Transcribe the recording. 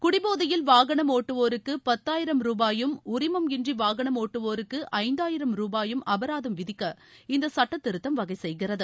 குடிபோதையில் வாகனம் ஒட்டுவோருக்கு பத்தாயிரம் ரூபாயும் உரிமமன் இன்றி வாகனம் ஒட்டுவோருக்கு ஐந்தாயிரம் ரூபாயும் அபராதம் விதிக்க இந்த சுட்டத்திருத்தம் வகை செய்கிறது